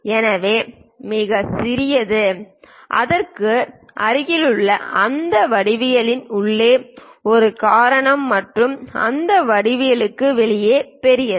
எனவே இது மிகச் சிறியது அதற்கு அருகிலுள்ள அந்த வடிவவியலின் உள்ளே ஒரு காரணம் மற்றும் அந்த வடிவவியலுக்கு வெளியே பெரியது